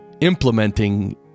implementing